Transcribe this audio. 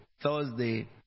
Thursday